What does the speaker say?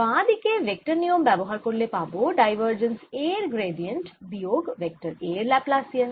বাঁ দিকে ভেক্টর নিয়ম ব্যবহার করলে পাবো ডাইভার্জেন্স A এর গ্র্যাডিয়েন্ট বিয়োগ ভেক্টর A এর ল্যাপ্লাসিয়ান